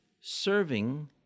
serving